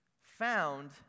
found